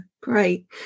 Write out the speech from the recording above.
great